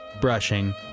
Brushing